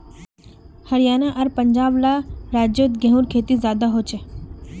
हरयाणा आर पंजाब ला राज्योत गेहूँर खेती ज्यादा होछे